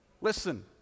Listen